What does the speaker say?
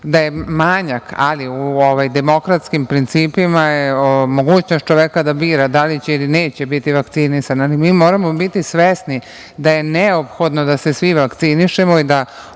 da je manjak, ali u demokratskim principima je mogućnost čoveka da bira da li će ili neće biti vakcinisan. Mi moramo biti svesni da je neophodno da se svi vakcinišemo i da